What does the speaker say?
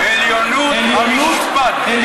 העליון, לא, לא, לא.